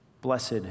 Blessed